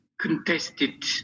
contested